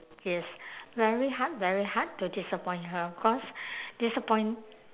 yes very hard very hard to disappoint her cause disappoint